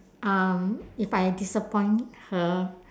um if I disappoint her